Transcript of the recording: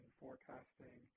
forecasting